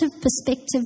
perspective